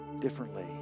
differently